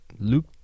Loop